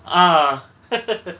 ah